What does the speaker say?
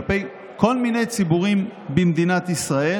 כלפי כל מיני ציבורים במדינת ישראל.